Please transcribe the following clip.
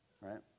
right